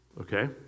Okay